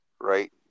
right